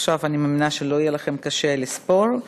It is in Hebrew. עכשיו אני מאמינה שלא יהיה לכם קשה לספור.